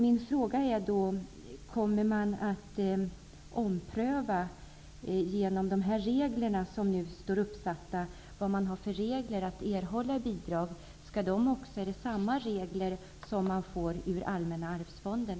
Mina frågor är: Kommer man med anledning av de regler som nu finns angivna att ompröva bidragen? Gäller samma regler för utvecklingsstödet som för de medel man får ur Allmänna arvsfonden?